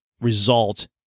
result